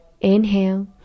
inhale